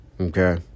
okay